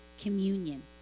communion